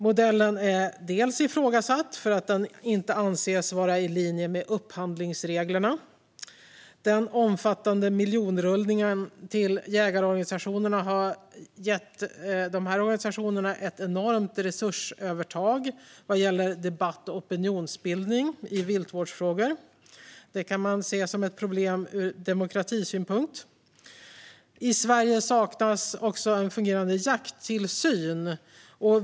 Modellen är ifrågasatts för att den inte anses vara i linje med upphandlingsreglerna. Den omfattande miljonrullningen till jägarorganisationerna har gett de organisationerna ett enormt resursövertag vad gäller debatt och opinionsbildning i viltvårdsfrågor. Det kan man se som ett problem ur demokratisynpunkt. I Sverige saknas en fungerande jakttillsyn.